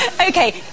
Okay